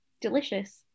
delicious